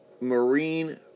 marine